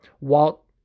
Walt